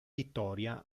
vittoria